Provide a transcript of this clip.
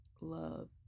love